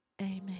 Amen